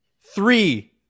Three